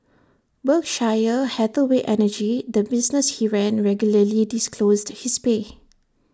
Berkshire Hathaway energy the business he ran regularly disclosed his pay